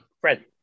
Fred